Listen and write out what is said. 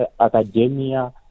academia